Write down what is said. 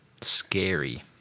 scary